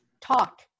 Talk